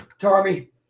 Tommy